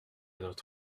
nôtre